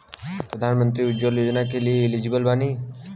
प्रधानमंत्री उज्जवला योजना के लिए एलिजिबल बानी?